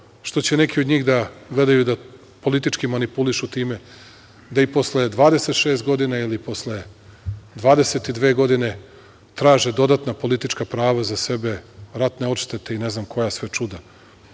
što će neki od njih da gledaju da politički manipulišu time, da i posle 26 godina ili posle 22 godine traže dodatna politička prava za sebe, ratne odštete i ne znam koja sve čuda.